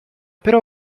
però